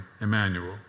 Emmanuel